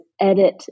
edit